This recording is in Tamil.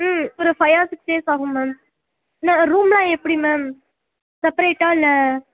ம் ஒரு ஃபைவ் ஆர் சிக்ஸ் டேஸ் ஆகும் மேம் மே ரூம்லாம் எப்டி மேம் செப்பரேட்டா இல்ல